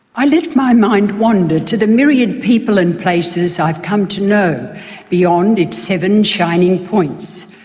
i let my mind wander to the myriad people and places i've come to know beyond its seven shining points,